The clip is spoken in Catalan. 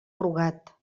rugat